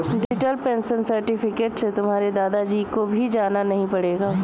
digital pension certificate से तुम्हारे दादा जी को भी जाना नहीं पड़ेगा